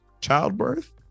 childbirth